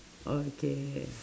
okay